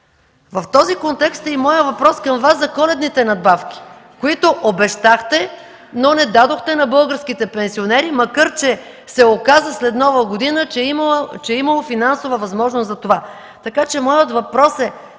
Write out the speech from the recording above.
В този контекст е и моят въпрос към Вас за коледните надбавки, които обещахте, но не дадохте на българските пенсионери, макар че след Нова година се оказа, че е имало финансова възможност за това. Моят въпрос е: